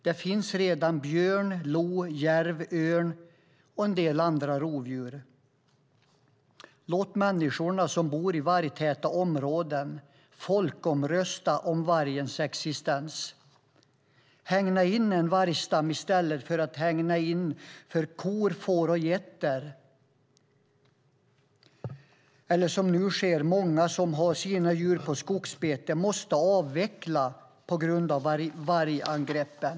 Det finns redan björn, lo, järv, örn och en del andra rovdjur. Låt människorna som bor i vargtäta områden folkomrösta om vargens existens. Hägna in en vargstam i stället för att hägna in kor, får och getter. Många som nu har sina djur på skogsbete måste avveckla på grund av vargangreppen.